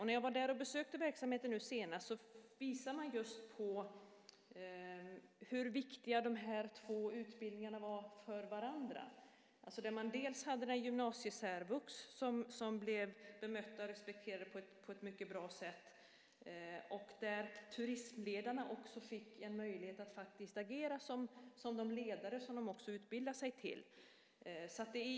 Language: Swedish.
När jag besökte verksamheten senast visade man på hur viktiga utbildningarna var för varandra. Där finns bland annat eleverna på gymnasiesärvux, som blir bemötta och respekterade på ett bra sätt. Turistledarna har då fått möjlighet att agera som de ledare de utbildar sig till.